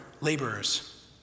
laborers